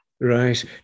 Right